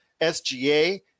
SGA